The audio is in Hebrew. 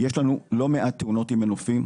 יש לנו לא מעט תאונות עם מנופים.